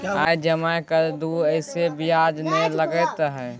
आय जमा कर दू ऐसे ब्याज ने लगतै है?